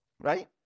Right